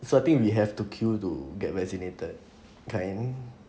so I think we have to queue to get vaccinated kind